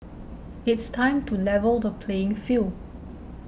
it's time to level the playing field